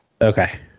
Okay